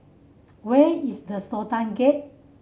where is the Sultan Gate